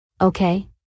Okay